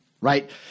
right